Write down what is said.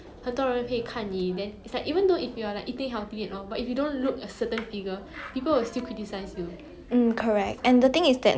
mm correct and the thing is that nowadays a lot of food is so processed like it's very hard to find like organic food or like